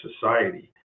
society